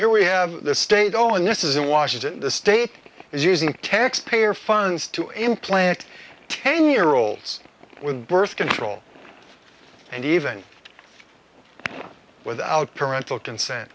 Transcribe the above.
here we have the state oh and this is in washington the state is using taxpayer funds to implant ten year olds with birth control and even without parental consent